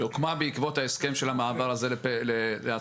שהוקמה בעקבות ההסכם של המעבר הזה להצמדה,